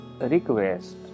request